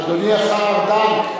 עשיתם טעויות.